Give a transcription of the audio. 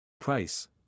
Price